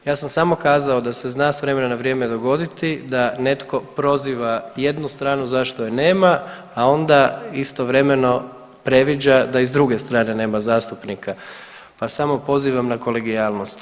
Ja sam samo kazao da se zna s vremena na vrijeme dogoditi da netko proziva jednu stranu zašto je nema, a onda istovremeno previđa da i s druge strane nema zastupnika, pa samo pozivam na kolegijalnost.